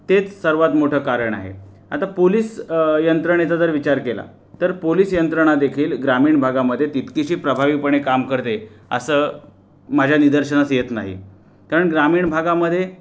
तेच सर्वात मोठं कारण आहे आता पोलीस यंत्रणेचा जर विचार केला तर पोलीस यंत्रणा देखील ग्रामीण भागामध्ये तितकीशी प्रभावीपणे काम करते असं माझ्या निदर्शनास येत नाही कारण ग्रामीण भागामध्ये